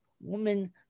woman